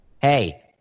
Hey